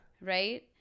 right